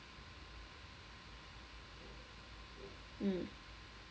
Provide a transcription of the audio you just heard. mm